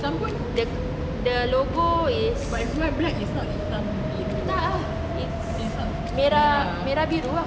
the the logo is tak ah is merah merah biru ah